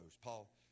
Paul